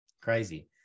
Crazy